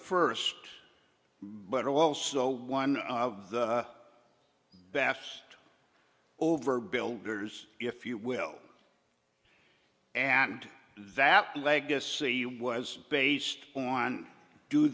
first but also one of the best over builders if you will and that legacy was based on do